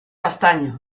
castaño